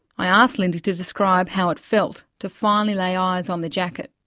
i asked lindy to describe how it felt, to finally lay eyes on the jacket.